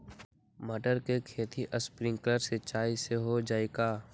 मटर के खेती स्प्रिंकलर सिंचाई से हो जाई का?